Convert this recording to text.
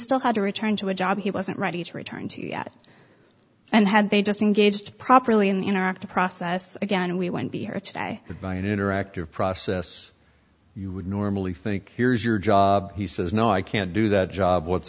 still had to return to a job he wasn't ready to return to yet and had they just engaged properly in the interactive process again we went be here today by an interactive process you would normally think here's your job he says no i can't do that job what's